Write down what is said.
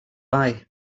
buy